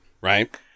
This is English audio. Right